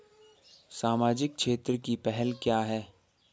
सामाजिक क्षेत्र की पहल क्या हैं?